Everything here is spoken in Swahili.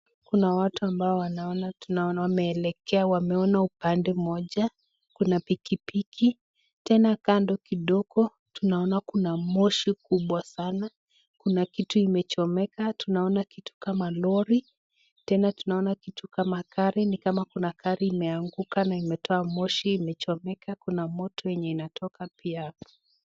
Kuna watu ambao tunaona wameelekea wameona upande mmoja. Kuna pikipiki. Tena kando kidogo tunaona kuna moshi kubwa sana. Kuna kitu imechomeka. Tunaona kitu kama lori. Tena tunaona kitu kama gari. Ni kama kuna gari imeanguka na imetoa moshi imechomeka. Kuna moto yenye inatoka pia hapo.